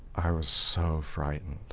i was so frightened.